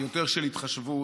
יותר של התחשבות,